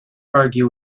argue